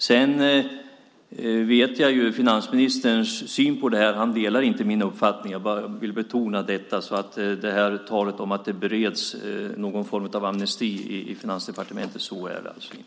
Jag känner till finansministerns syn på detta. Han delar inte min uppfattning. Jag vill betona det. Det talas om att det bereds någon form av amnesti i Finansdepartementen, men så är det alltså inte.